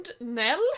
Nell